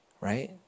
right